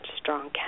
strong